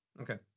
Okay